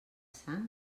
sang